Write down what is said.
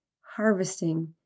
harvesting